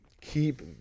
keep